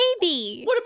baby